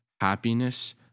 Happiness